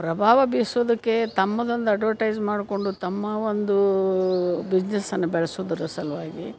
ಪ್ರಭಾವ ಬೀರಿಸೋದಕ್ಕೆ ತಮ್ಮದೊಂದು ಅಡ್ವಟೈಸ್ ಮಾಡಿಕೊಂಡು ತಮ್ಮ ಒಂದು ಬಿಸ್ನೆಸನ್ನು ಬೆಳೆಸೋದರ ಸಲುವಾಗಿ